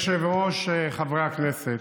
אדוני היושב-ראש, חברי הכנסת,